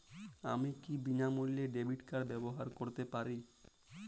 আমি কি বিনামূল্যে ডেবিট কার্ড ব্যাবহার করতে পারি?